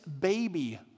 baby